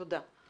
תודה.